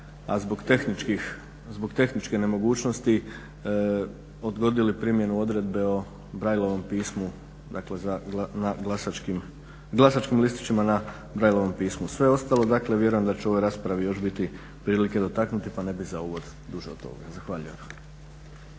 a zbog tehničke nemogućnosti odgodili primjenu odredbe o Brailleovom pismu, dakle na glasačkim listićima na Brailleovom pismu. Sve ostalo, dakle vjerujem da će u ovoj raspravi još biti prilike dotaknuti, pa ne bih za uvod duže od ovoga. Zahvaljujem.